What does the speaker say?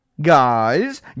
Guys